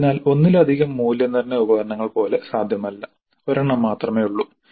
അതിനാൽ ഒന്നിലധികം മൂല്യനിർണ്ണയ ഉപകരണങ്ങൾ പോലെ സാധ്യമല്ല ഒരെണ്ണം മാത്രമേയുള്ളൂ